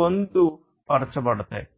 పొందుపరచబడతాయి